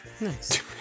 Nice